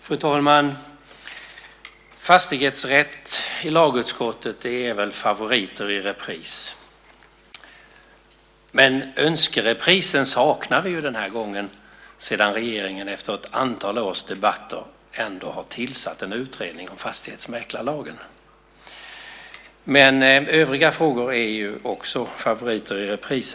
Fru talman! Fastighetsrätt i lagutskottet är väl favoriter i repris. Men önskereprisen saknar vi denna gång sedan regeringen efter ett antal års debatter ändå har tillsatt en utredning av fastighetsmäklarlagen. Övriga frågor är också favoriter i repris.